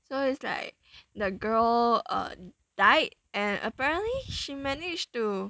so it's like the girl died and apparently she managed to